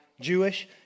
Jewish